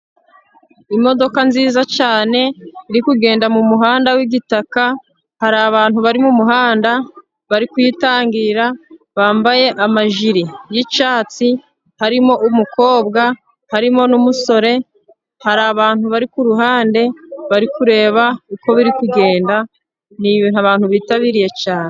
Imodoka nziza cyane iri kugenda mu muhanda w'igitaka, hari abantu bari mu muhanda bari kuyitangira bambaye amajiri y'icyatsi, harimo umukobwa harimo n'umusore, hari abantu bari ku ruhande bari kureba uko biri kugenda, ni ibintu abantu bitabiriye cyane.